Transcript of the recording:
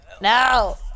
No